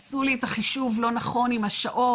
עשו לי את החישוב לא נכון עם השעות,